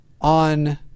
on